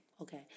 okay